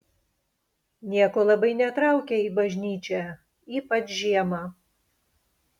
nieko labai netraukia į bažnyčią ypač žiemą